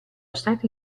state